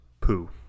Poo